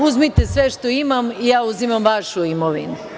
Uzmite sve što imam i ja uzimam vašu imovinu.